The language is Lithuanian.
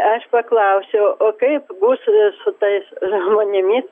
aš paklausiau o kaip bus su tais žmonėmis